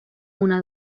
una